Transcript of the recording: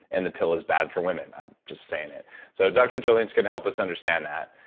and the pill is bad for women. i'm just saying it so dr. jolene's gonna help us understand that.